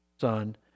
son